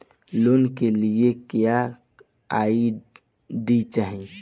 Loan के लिए क्या आई.डी चाही?